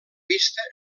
vista